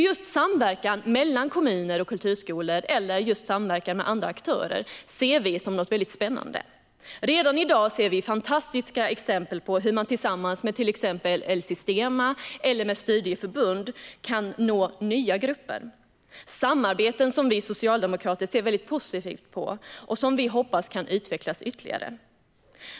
Just samverkan mellan kommuner och kulturskolor eller med andra aktörer ser vi som något väldigt spännande. Redan i dag ser vi fantastiska exempel på hur man tillsammans med till exempel El Sistema och studieförbund kan nå nya grupper. Detta är samarbeten som vi socialdemokrater ser väldigt positivt på och som vi hoppas kan utvecklas ytterligare.